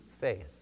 faith